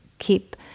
keep